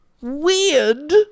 weird